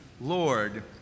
Lord